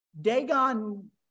Dagon